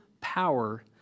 power